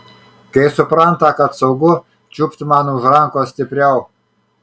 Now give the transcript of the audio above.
kai supranta kad saugu čiupt man už rankos stipriau